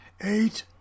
eight